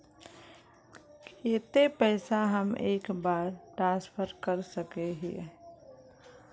केते पैसा हम एक बार ट्रांसफर कर सके हीये?